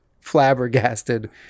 flabbergasted